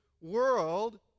world